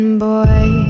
Boy